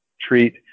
treat